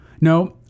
No